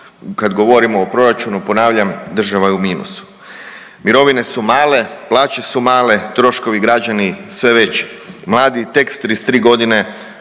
kada govorimo o proračunu, ponavljam država je u minusu. Mirovine su male, plaće su male, troškovi građana sve veći. Mladi tek sa 33 godine